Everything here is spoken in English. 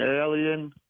alien